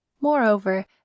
moreover